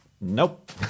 Nope